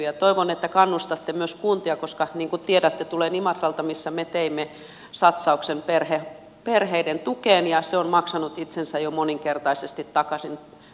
ja toivon että kannustatte myös kuntia koska niin kuin tiedätte tulen imatralta missä me teimme satsauksen perheiden tukeen ja se on maksanut itsensä jo moninkertaisesti takaisin